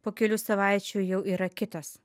po kelių savaičių jau yra kitas